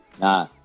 Nah